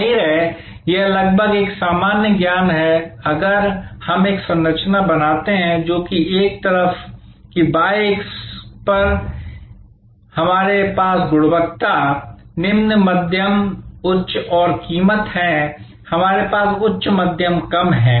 जाहिर है यह लगभग एक सामान्य ज्ञान है कि अगर हम एक संरचना बनाते हैं जो एक तरफ कि y अक्ष पर हमारे पास गुणवत्ता निम्न मध्यम उच्च और कीमत है हमारे पास उच्च मध्यम कम है